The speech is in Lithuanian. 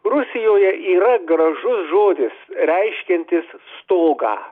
rusijoje yra gražus žodis reiškiantis stogą